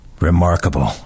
Remarkable